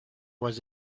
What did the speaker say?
was